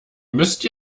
müsst